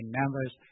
members